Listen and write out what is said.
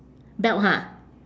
belt ha